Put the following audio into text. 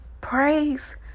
Praise